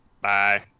Bye